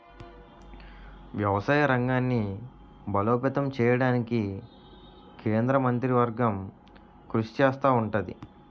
వ్యవసాయ రంగాన్ని బలోపేతం చేయడానికి కేంద్ర మంత్రివర్గం కృషి చేస్తా ఉంటది